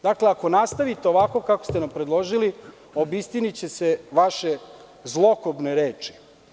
Dakle, ako nastavite ovako kako ste predložili, obistiniće se vaše zlokobne reči.